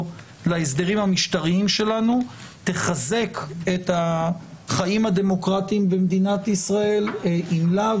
להסדרים המשטריים שלנו תחזק את החיים הדמוקרטיים במדינת ישראל אם לאו.